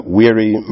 weary